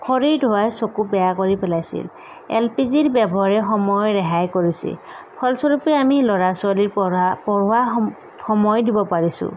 খৰিৰ ধোঁৱাই চকু বেয়া কৰি পেলাইছিল এল পি জিৰ ব্যৱহাৰে সময় ৰেহাই কৰিছে ফলস্বৰূপে আমি ল'ৰা ছোৱালীৰ পঢ়া পঢ়োৱা সম সময় দিব পাৰিছোঁ